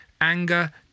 anger